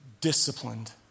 disciplined